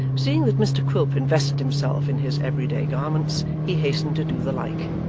seeing that mr quilp invested himself in his every-day garments, he hastened to do the like,